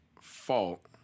fault